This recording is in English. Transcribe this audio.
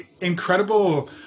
incredible